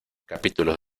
capítulos